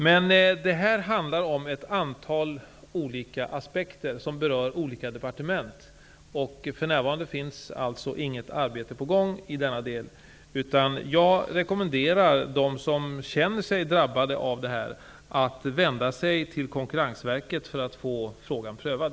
Men detta handlar om ett antal olika aspekter som berör olika departement. För närvarande finns inget arbete på gång i denna del, utan jag rekommenderar dem som känner sig drabbade att i första hand vända sig till Konkurrensverket för att få frågan prövad.